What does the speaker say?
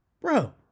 bro